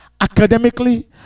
academically